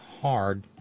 hard